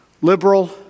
liberal